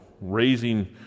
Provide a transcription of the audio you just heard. raising